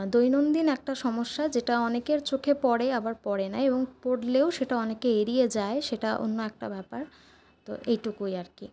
দৈনন্দিন একটা সমস্যা যেটা অনেকের চোখে পড়ে আবার পড়ে না এবং পড়লেও সেটা অনেকে এড়িয়ে যায় সেটা অন্য একটা ব্যাপার তো এইটুকুই আর কি